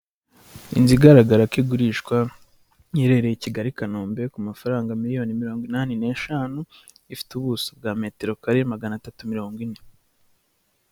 Inzu igaragara ko igurishwa, iherereye i Kigali, Kanombe; ku mafaranga miriyoni mirongo inani n'eshanu. Ifite ubuso bwa metero kare magana atatu mirongo ine.